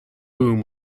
boom